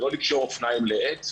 לקשור אופניים לעץ.